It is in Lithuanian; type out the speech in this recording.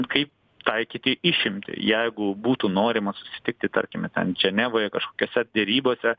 kaip taikyti išimtį jeigu būtų norima susitikti tarkime ten ženevoje kažkokiose derybose